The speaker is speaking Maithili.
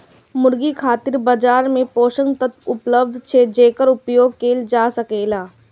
मुर्गी खातिर बाजार मे पोषक तत्व उपलब्ध छै, जेकर उपयोग कैल जा सकैए